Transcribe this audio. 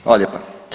Hvala lijepo.